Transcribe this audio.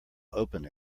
open